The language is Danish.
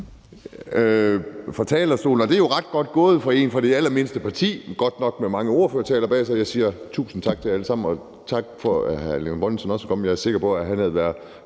på talerstolen, og det er jo ret godt gået af en fra det allermindste parti. Det er godt nok med mange ordførertaler bag sig, og jeg siger tusind tak til jer alle sammen, og også tak til hr. Erling Bonnesen. Jeg er sikker på, at han havde været